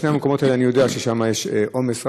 בשני המקומות האלה אני יודע שיש עומס רב,